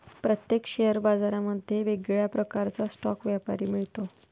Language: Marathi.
प्रत्येक शेअर बाजारांमध्ये वेगळ्या प्रकारचा स्टॉक व्यापारी मिळतो